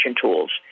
tools